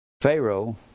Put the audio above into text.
Pharaoh